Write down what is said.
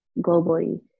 globally